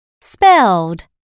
Spelled